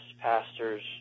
pastors